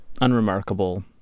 Unremarkable